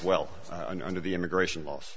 well under the immigration laws